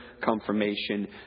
confirmation